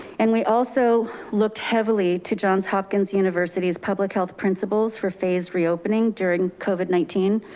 and we also looked heavily to johns hopkins university's public health principles for phase reopening during covid nineteen,